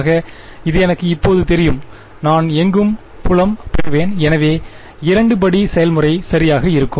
ஆக இது எனக்கு இப்போது தெரியும் நான் எங்கும் புலம் பெறுவேன் எனவே இரண்டு படி செயல்முறை சரியாக இருக்கும்